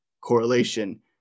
correlation